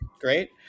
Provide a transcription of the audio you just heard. Great